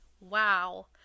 wow